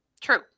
true